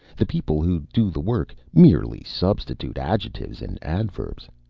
the people who do the work merely substitute adjectives and adverbs.